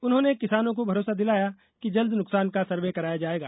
उन्होंने किसानों को भरोसा दिलाया कि जल्द नुकसान का सर्वे कराया जाएगा